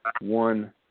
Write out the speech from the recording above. one